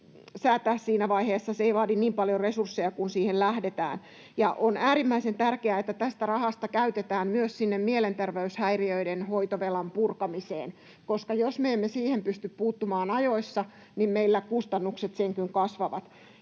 säätää siinä vaiheessa. Se ei vaadi niin paljon resursseja, kun siihen lähdetään. Ja on äärimmäisen tärkeää, että tätä rahaa käytetään myös sinne mielenterveyshäiriöiden hoitovelan purkamiseen, koska jos me emme siihen pysty puuttumaan ajoissa, niin meillä kustannukset sen kuin kasvavat.